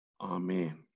Amen